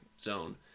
zone